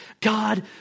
God